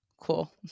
Cool